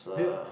we